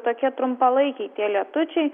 tokie trumpalaikiai tie lietučiai